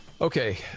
Okay